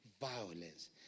violence